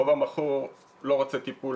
לרוב המכור לא רוצה טיפול,